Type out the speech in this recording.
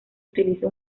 utiliza